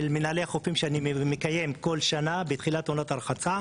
מנהלי החופים שאני מקיים כל שנה בתחילת עונת הרחצה,